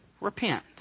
repent